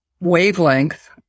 wavelength